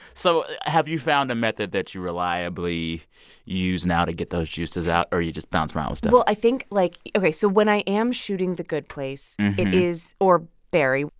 so have you found a method that you reliably use now to get those juices out, or you just bounce around with stuff? well, i think, like ok, so when i am shooting the good place, it is or barry.